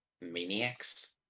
Maniacs